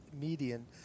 median